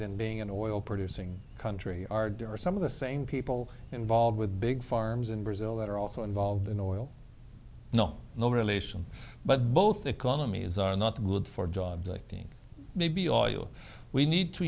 than being an oil producing country are are some of the same people involved with big farms in brazil that are also involved in oil no no relation but both economies are not good for jobs i think maybe oil we need to